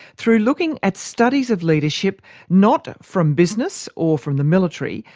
through looking at studies of leadership not from business or from the military,